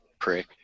prick